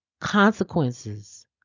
consequences